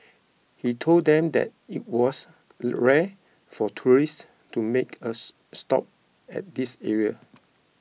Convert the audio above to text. he told them that it was rare for tourists to make us stop at this area